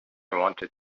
wanted